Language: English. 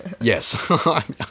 Yes